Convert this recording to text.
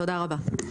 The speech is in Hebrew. תודה רבה.